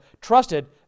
trusted